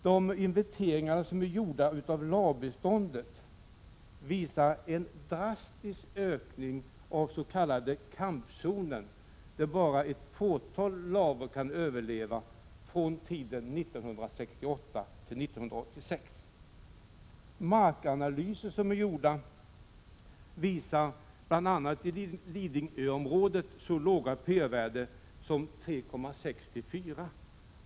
De inventeringar som genomförts av lavbeståndet visar en drastisk ökning från 1968 till 1986 av den s.k. kampzonen, där endast ett fåtal lavar kan överleva. Gjorda markanalyser visar bl.a. i Lidingöområdet så låga pH-värden som 3,6—4,0.